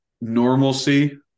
normalcy